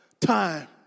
time